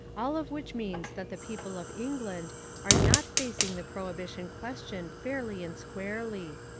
all of which means that the people of england are not facing the prohibition question fairly and squarely.